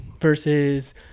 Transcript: versus